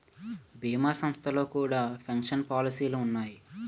భీమా సంస్థల్లో కూడా పెన్షన్ పాలసీలు ఉన్నాయి